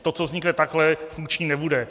To, co vznikne takhle, funkční nebude.